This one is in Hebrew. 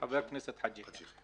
חבר הכנסת חאג' יחיא.